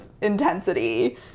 intensity